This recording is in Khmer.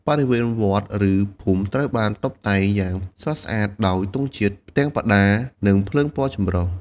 បរិវេណវត្ត ឬភូមិត្រូវបានតុបតែងយ៉ាងស្រស់ស្អាតដោយទង់ជាតិ ផ្ទាំងបដា និងភ្លើងពណ៌ចម្រុះ។